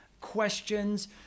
questions